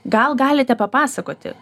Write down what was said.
gal galite papasakoti